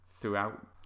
throughout